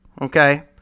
okay